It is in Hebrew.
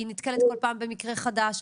היא נתקלת כל פעם במקרה חדש.